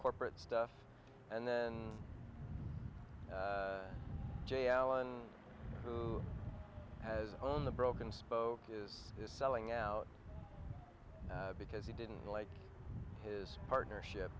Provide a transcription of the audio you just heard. corporate stuff and then jay allen has own the broken spoke is selling out because he didn't like his partnership